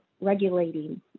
regulating